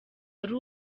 ari